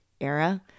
era